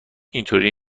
اینطوری